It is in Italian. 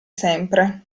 sempre